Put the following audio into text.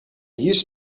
used